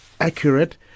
accurate